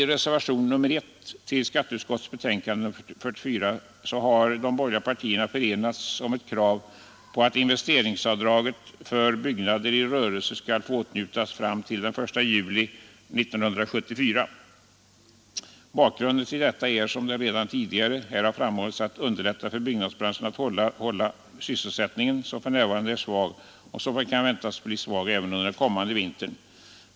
I reservationen 1 vid skatteutskottets betänkande nr 44 har de borgerliga partierna förenats om ett krav på att investeringsavdraget för byggnader i rörelse skall få åtnjutas fram till den 1 juli 1974. Bakgrunden till detta är, som redan tidigare här har framhållits, en önskan att underlätta för byggnadsbranschen att upprätthålla sysselsättningen, som för närvarande är svag och kan förväntas bli det också under den kommande vintern.